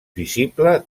visible